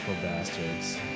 bastards